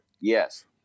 yes